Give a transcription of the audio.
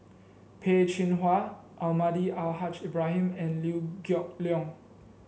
Peh Chin Hua Almahdi Al Haj Ibrahim and Liew Geok Leong